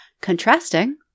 Contrasting